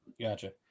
Gotcha